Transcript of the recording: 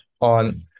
on